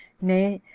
nay,